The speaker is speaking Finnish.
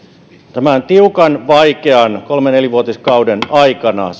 tämän tiukan vaikean nelivuotiskauden aikana